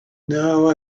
now